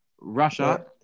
Russia